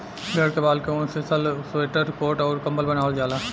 भेड़ के बाल के ऊन से शाल स्वेटर कोट अउर कम्बल बनवाल जाला